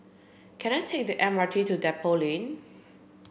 can I take the M R T to Depot Lane